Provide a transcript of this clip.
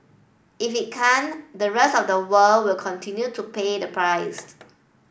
if it can't the rest of the world will continue to pay the price